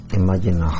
imagine